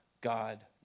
God